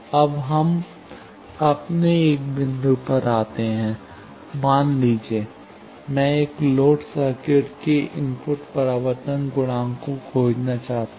अब हम अपने एक बिंदु पर आते हैं मान लीजिए मैं एक लोड सर्किट के इनपुट परावर्तन गुणांक को खोजना चाहता हूं